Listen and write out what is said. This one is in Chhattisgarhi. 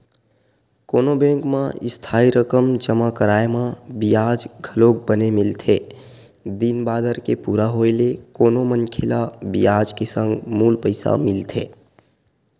कोनो बेंक म इस्थाई रकम जमा कराय म बियाज घलोक बने मिलथे दिन बादर के पूरा होय ले कोनो मनखे ल बियाज के संग मूल पइसा मिलथे